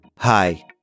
Hi